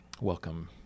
welcome